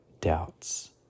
doubts